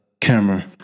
Camera